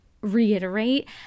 reiterate